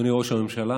אדוני ראש הממשלה,